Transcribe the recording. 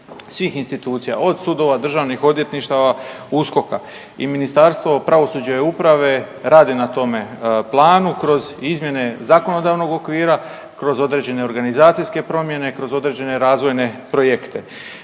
svih institucija, od sudova, državnih odvjetništava, USKOK-a i Ministarstvo pravosuđa i uprave radi na tome planu kroz izmjene zakonodavnog okvira, kroz određene organizacijske promjene, kroz određene razvojne projekte.